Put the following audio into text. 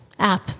app